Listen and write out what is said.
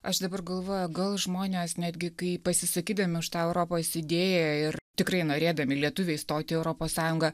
aš dabar galvoju gal žmonės netgi kai pasisakydami už tą europos idėją ir tikrai norėdami lietuviai įstoti į europos sąjungą